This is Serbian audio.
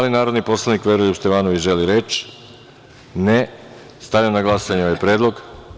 Da li narodni poslanik Veroljub Stevanović želi reč? (Ne) Stavljam na glasanje ovaj predlog.